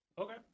Okay